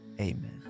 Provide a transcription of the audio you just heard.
Amen